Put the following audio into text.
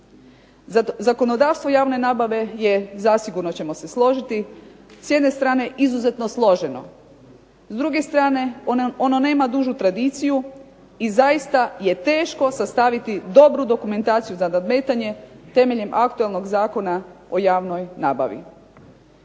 Zakonodavstvo javne nabave je zasigurno ćemo se složiti s jedne strane izuzetno složeno, s druge strane ono nema dužu tradiciju i zaista je teško sastaviti dobru dokumentaciju za nadmetanje temeljem aktualnog Zakona o javnoj nabavi.